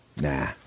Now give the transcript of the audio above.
Nah